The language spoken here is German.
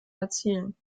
erzielen